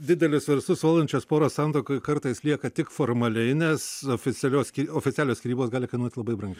didelius verslus valdančios poros santuokoj kartais lieka tik formaliai nes oficialios oficialios skyrybos gali kainuot labai brangiai